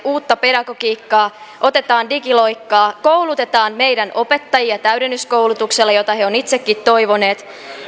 uutta pedagogiikkaa otetaan digiloikkaa koulutetaan meidän opettajiamme täydennyskoulutuksella jota he ovat itsekin toivoneet